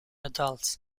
adults